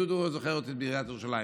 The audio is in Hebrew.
דודו זוכר אותי מעיריית ירושלים.